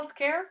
healthcare